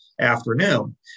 afternoon